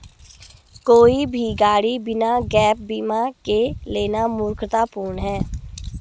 कोई भी गाड़ी बिना गैप बीमा के लेना मूर्खतापूर्ण है